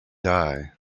die